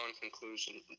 conclusion